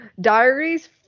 Diaries